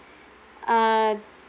uh